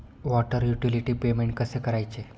Water utility payment कसे करायचे?